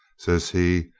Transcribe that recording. says he,